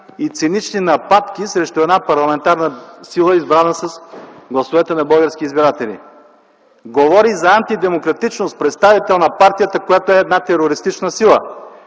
и цинични нападки срещу една парламентарна сила, избрана с гласовете на българските избиратели. Говори за антидемократичност представител на партията, която е една терористична сила,